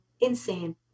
insane